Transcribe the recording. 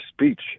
speech